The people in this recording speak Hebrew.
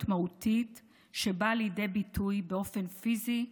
מהותית שבאה לידי ביטוי באופן פיזי,